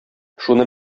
шуны